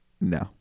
no